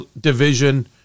division